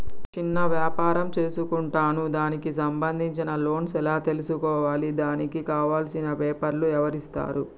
చిన్న వ్యాపారం చేసుకుంటాను దానికి సంబంధించిన లోన్స్ ఎలా తెలుసుకోవాలి దానికి కావాల్సిన పేపర్లు ఎవరిస్తారు?